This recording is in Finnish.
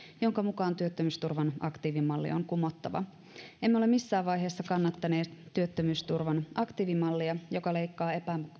jonka mukaan työttömyysturvan aktiivimalli on kumottava emme ole missään vaiheessa kannattaneet työttömyysturvan aktiivimallia joka leikkaa